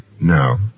No